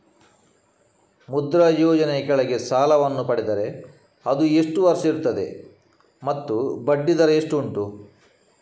ಮುದ್ರಾ ಯೋಜನೆ ಯ ಕೆಳಗೆ ಸಾಲ ವನ್ನು ಪಡೆದರೆ ಅದು ಎಷ್ಟು ವರುಷ ಇರುತ್ತದೆ ಮತ್ತು ಬಡ್ಡಿ ದರ ಎಷ್ಟು ಉಂಟು?